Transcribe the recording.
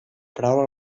paraula